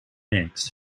mix